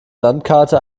landkarte